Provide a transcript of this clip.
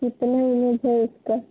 कितने है इसका